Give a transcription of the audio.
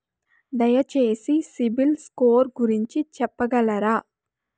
దయచేసి CIBIL score గురించి చెప్పగలరా?